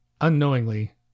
unknowingly